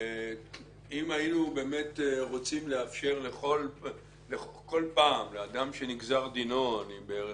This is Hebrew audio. אם היינו באמת רוצים לאפשר כל פעם לאדם שנגזר דינו אני בערך,